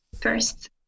first